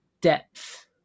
depth